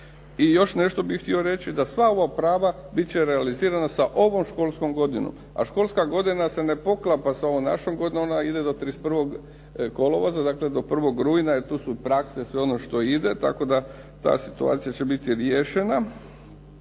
I još nešto bih htio reći, da sva ova prava biti će realizirana sa ovom školskom godinom, a školska godina se ne poklapa sa ovom našom godinom, ona ide do 31. kolovoza, dakle do 1. rujna jer tu su prakse, sve ono što ide, tako da ta situacija će biti riješena.